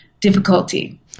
difficulty